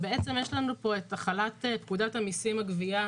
יש לנו פה את החלת פקודת המיסים (גבייה),